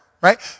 right